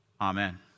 Amen